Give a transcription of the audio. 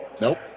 Nope